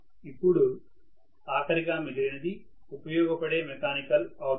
ఇప్పుడు ఆఖరిగా మిగిలినది ఉపయోగపడే మెకానికల్ అవుట్ ఫుట్